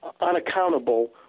unaccountable